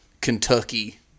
Kentucky